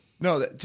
No